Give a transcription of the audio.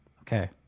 Okay